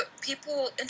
people